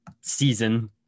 season